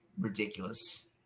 ridiculous